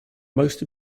most